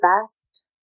best